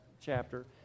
chapter